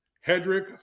Hedrick